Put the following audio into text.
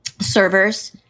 Servers